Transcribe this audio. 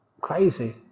crazy